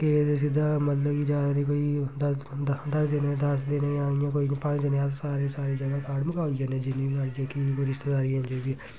गे ते सिद्दा मतलब कि ज्यादा नी कोई दस दस जने जने दिनें दे जां इयां कोई पंज दिनें अस सारें सारे जगह् कार्ड मकाई जन्नें आं जिन्ने बी साढ़े जेह्की कोई रिश्तेदारी जेह्ड़ी बी